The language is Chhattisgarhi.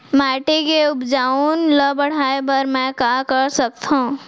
माटी के उपजाऊपन ल बढ़ाय बर मैं का कर सकथव?